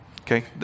okay